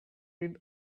rid